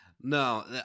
No